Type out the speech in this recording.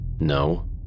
no